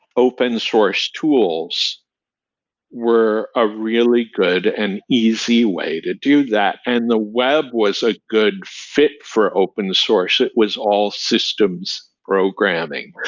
open source tools were a really good and easy way to do that, and the web was a good fit for open source. it was all systems programming.